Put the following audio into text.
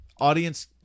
audience